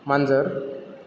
मांजर